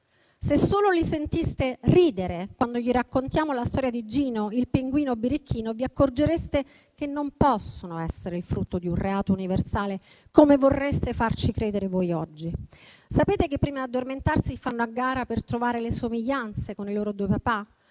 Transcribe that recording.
Se solo li sentiste ridere quando gli raccontiamo la storia di Gino, il pinguino birichino, vi accorgereste che non possono essere il frutto di un reato universale, come vorreste farci credere voi oggi. Sapete che, prima di addormentarsi, fanno a gara per trovare le somiglianze con i loro due papà?